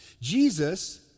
Jesus